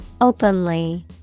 Openly